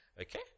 Okay